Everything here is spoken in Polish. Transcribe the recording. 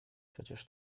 przecież